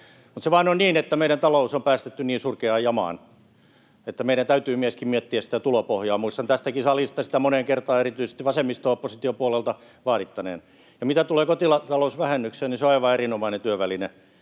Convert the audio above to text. Mutta se vaan on niin, että meidän talous on päästetty niin surkeaan jamaan, että meidän täytyy myöskin miettiä sitä tulopohjaa. Muistan tästäkin salista sitä moneen kertaan erityisesti vasemmisto-opposition puolelta vaaditun. Mitä tulee kotitalousvähennykseen, niin se on aivan erinomainen työväline.